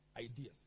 ideas